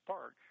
Park